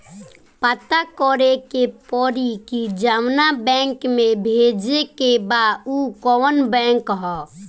पता करे के पड़ी कि जवना बैंक में भेजे के बा उ कवन बैंक ह